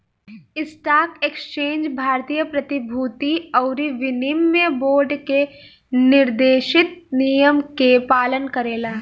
stock exchange भारतीय प्रतिभूति अउरी विनिमय बोर्ड के निर्देशित नियम के पालन करेला